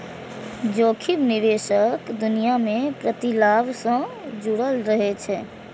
जोखिम निवेशक दुनिया मे प्रतिलाभ सं जुड़ल रहै छै